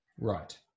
Right